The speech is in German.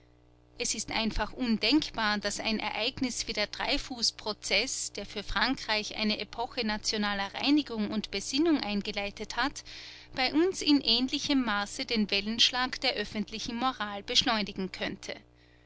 es ist einfach undenkbar daß ein ereignis wie der dreyfus-prozeß der für frankreich eine epoche nationaler reinigung und besinnung eingeleitet hat bei uns in ähnlichem maße den wellenschlag der öffentlichen moral beschleunigen könnte